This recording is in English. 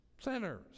Sinners